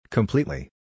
Completely